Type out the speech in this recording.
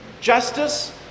justice